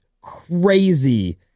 crazy